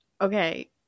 Okay